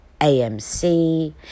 AMC